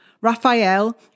Raphael